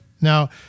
now